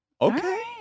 Okay